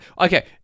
Okay